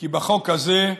כי בחוק הזה,